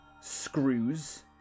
screws